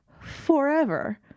forever